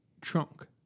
trunk